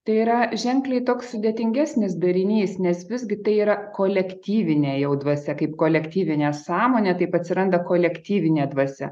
tai yra ženkliai toks sudėtingesnis darinys nes visgi tai yra kolektyvinė jau dvasia kaip kolektyvinė sąmonė taip atsiranda kolektyvinė dvasia